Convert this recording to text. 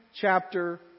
chapter